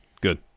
good